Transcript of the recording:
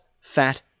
fat